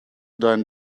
dein